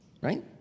Right